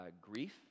grief